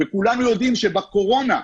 וכולנו יודעים שבקורונה,